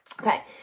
Okay